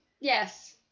Yes